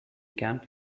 camp